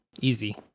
Easy